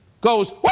goes